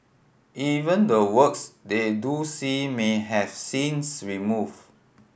even the works they do see may have scenes removed